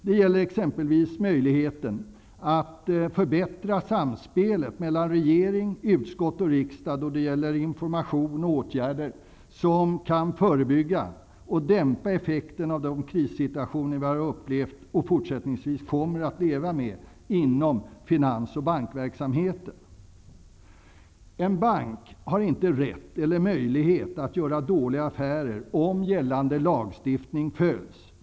Det gäller exempelvis möjligheten att förbättra samspelet mellan regering, utskott och riksdag då det gäller information och åtgärder som kan förebygga och dämpa effekten av de krissituationer vi har upplevt och fortsättningsvis kommer att leva med inom finans och bankverksamheten. En bank har inte rätt eller möjlighet att göra dåliga affärer om gällande lagstiftning följs.